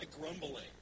grumbling